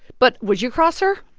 but would you cross her?